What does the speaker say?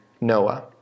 Noah